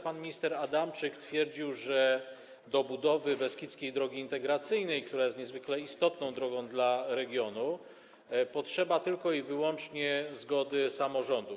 Pan minister Adamczyk twierdził, że do budowy Beskidzkiej Drogi Integracyjnej, która jest niezwykle istotną drogą dla regionu, potrzeba tylko i wyłącznie zgody samorządów.